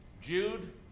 Jude